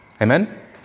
Amen